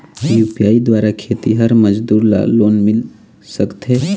UPI द्वारा खेतीहर मजदूर ला लोन मिल सकथे?